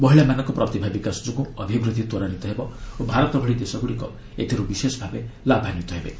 ମହିଳାମାନଙ୍କ ପ୍ରତିଭା ବିକାଶ ଯୋଗୁଁ ଅଭିବୃଦ୍ଧି ତ୍ୱରାନ୍ୱିତ ହେବ ଓ ଭାରତ ଭଳି ଦେଶଗୁଡ଼ିକ ଏଥିରୁ ବିଶେଷ ଭାବେ ଲାଭାନ୍ୱିତ ହେବେ